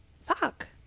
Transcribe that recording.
fuck